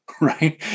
right